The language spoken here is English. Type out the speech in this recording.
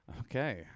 Okay